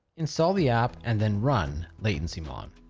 install the app and then run latencymon.